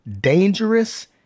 dangerous